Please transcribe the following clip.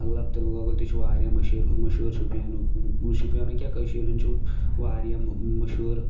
مطلب تِلہٕ گۄگُل تہِ چھِ واریاہ مٔشیٖر مشہوٗر شُپینُک شُپیَنُک کیاہ کٔشیٖرِ ہُنٛد چھُ واریاہ مشہوٗر